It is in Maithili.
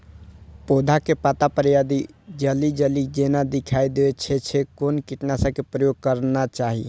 पोधा के पत्ता पर यदि जाली जाली जेना दिखाई दै छै छै कोन कीटनाशक के प्रयोग करना चाही?